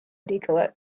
decollete